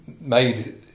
made